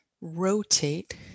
rotate